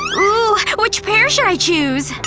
ooh! which pair should i chose?